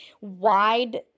wide